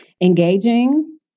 engaging